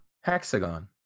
hexagon